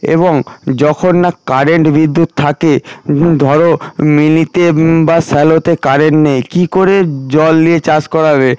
এবং যখন না কারেন্ট বিদ্যুৎ থাকে ধরো মিনিতে বা শ্যালোতে কারেন্ট নেই কী করে জল দিয়ে চাষ করা হবে